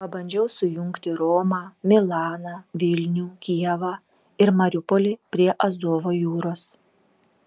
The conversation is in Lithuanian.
pabandžiau sujungti romą milaną vilnių kijevą ir mariupolį prie azovo jūros